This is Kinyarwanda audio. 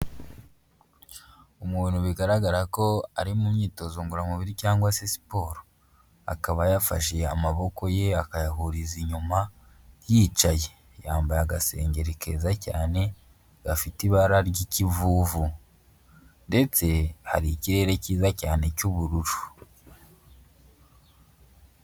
Umuntu bigaragara ko ari mu myitozo ngororamubiri cyangwa se siporo. Akaba yafashe amaboko ye akayahuriza inyuma, yicaye. Yambaye agasengeri keza cyane, gafite ibara ry'ikivuvu ndetse hari ikirere cyiza cyane cy'ubururu.